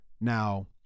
Now